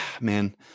man